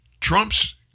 Trump's